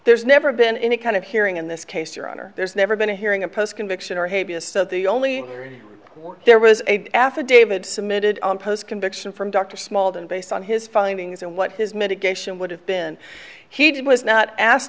there's never been any kind of hearing in this case your honor there's never been a hearing a post conviction or hevia so the only one there was a affidavit submitted on post conviction from dr small then based on his findings and what his mitigation would have been he did was not as